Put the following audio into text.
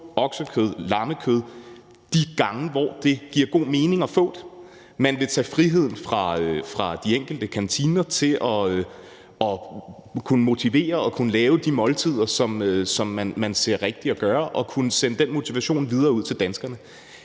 oksekød og lammekød de gange, hvor det giver god mening at få. Man vil tage friheden fra de enkelte kantiner med hensyn til at kunne motivere og kunne lave de måltider, som man ser det rigtigt at gøre, og kunne sende den motivation videre ud til danskerne.